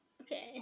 Okay